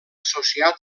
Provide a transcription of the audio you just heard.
associat